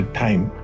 time